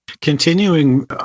Continuing